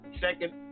second